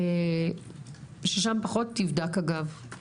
ששם פחות נבדק אגב,